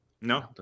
no